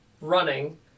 running